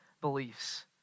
beliefs